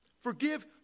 Forgive